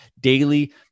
daily